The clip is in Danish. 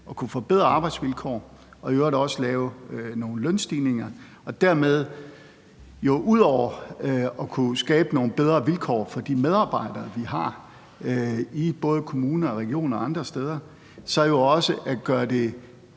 at kunne forbedre arbejdsvilkår og i øvrigt også lave nogle lønstigninger og dermed ud over at kunne skabe nogle bedre vilkår for de medarbejdere, vi har i både kommuner og regioner og andre steder, så jo også at gøre det